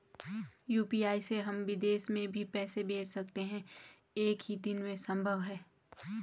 UPI से हम विदेश में भी पैसे भेज सकते हैं एक ही दिन में संभव है?